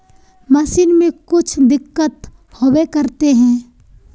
Machine में कुछ दिक्कत होबे करते है?